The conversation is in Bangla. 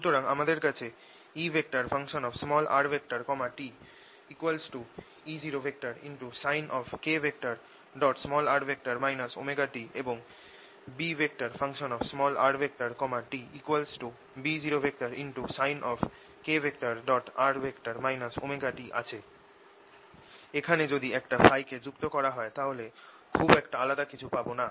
সুতরাং আমাদের কাছে ErtE0sin kr ωt এবং BrtB0sin⁡kr ωt আছে এখানে যদি একটা Փ কে যুক্ত করা হয় তাহলে খুব একটা আলাদা কিছু পাবো না